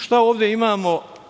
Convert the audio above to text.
Šta ovde imamo?